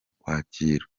kwakira